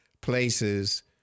places